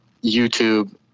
YouTube